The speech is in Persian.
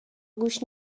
گوش